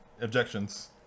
objections